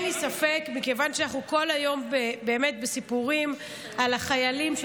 מכיוון שאנחנו כל היום בסיפורים על החיילים שלנו,